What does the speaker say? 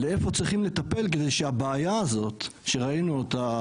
לאיפה צריכים לטפל כדי שהבעיה הזאת שראינו אותה